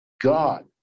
God